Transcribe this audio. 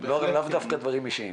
לאו דווקא דברים אישיים.